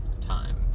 time